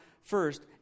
first